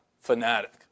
fanatic